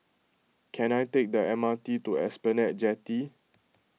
can I take the M R T to Esplanade Jetty